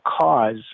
cause